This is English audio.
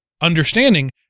understanding